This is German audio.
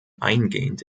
eingehend